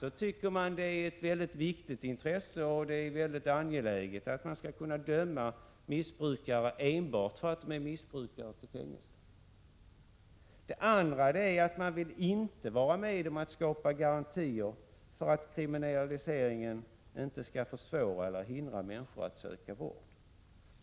De tycker alltså att det är angeläget att missbrukare döms till fängelse enbart på grund av missbruket. De vill inte heller vara med om att skapa garantier för att kriminaliseringen inte skall försvåra för eller hindra människor från att söka vård.